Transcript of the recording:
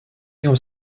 днем